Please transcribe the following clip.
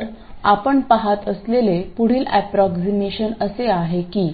तर आपण पाहत असलेले पुढील ऍप्रॉक्सीमेशन असे आहे की